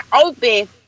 open